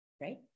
Right